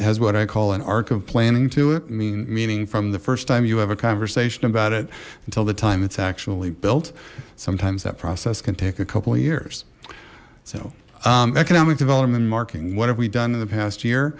has what i call an arc of planning to it i mean meaning from the first time you have a conversation about it until the time it's actually built sometimes that process can take a couple of years so economic development marking what have we done in the past